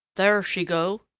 there she go,